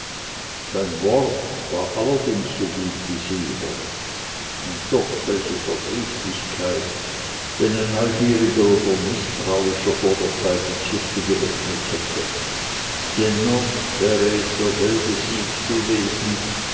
sein wort war allerdings so gut wie silber und doch welche verdrießlichkeit wenn ein neugieriger oder mißtrauischer vor der zeit die kiste geöffnet hätte dennoch wäre es derselbe cid gewesen